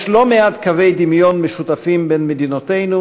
יש לא מעט קווי דמיון משותפים בין מדינותינו,